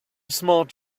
smart